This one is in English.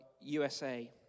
USA